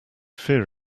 fear